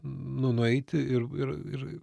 nu nueiti ir ir ir